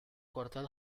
cuartel